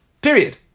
Period